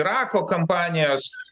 irako kampanijos